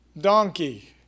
donkey